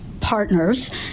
partners